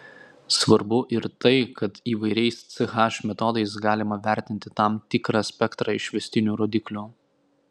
svarbu ir tai kad įvairiais ch metodais galima vertinti tam tikrą spektrą išvestinių rodiklių